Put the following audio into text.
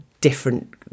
different